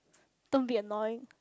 don't be annoying